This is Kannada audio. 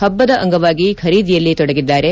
ಹಬ್ಬದ ಅಂಗವಾಗಿ ಖರೀದಿಯಲ್ಲಿ ತೊಡಗಿದ್ದಾರೆ